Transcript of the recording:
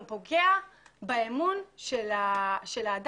מקווה שאנחנו נביא תוצאות ושתהיה איזושהי הקלה